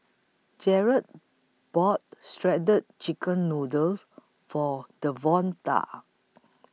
Jarett bought Shredded Chicken Noodles For Devonta